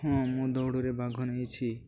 ହଁ ମୁଁ ଦୌଡ଼ରେ ଭାଗ ନେଇଛି